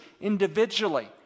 individually